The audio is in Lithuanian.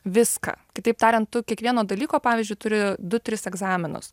viską kitaip tariant tu kiekvieno dalyko pavyzdžiui turi du tris egzaminus